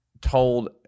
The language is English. told